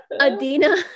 Adina